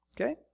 Okay